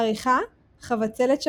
עריכה חבצלת שפירא,